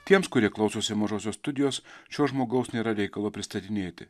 tiems kurie klausosi mažosios studijos šio žmogaus nėra reikalo pristatinėti